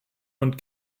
und